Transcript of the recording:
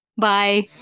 Bye